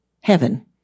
heaven